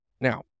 Now